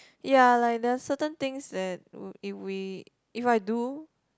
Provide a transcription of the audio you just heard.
ya like there are certain things that i~ if we if I do